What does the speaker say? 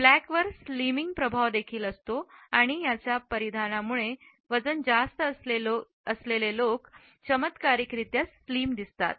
ब्लॅकवर slimming प्रभाव देखील असतो आणि याच्या परिधान यामुळे वजन जास्त असलेले लोक चमत्कारिक रित्या स्लिमर दिसतात